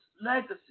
legacy